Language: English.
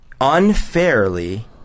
unfairly